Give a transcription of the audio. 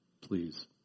please